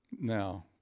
now